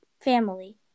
Family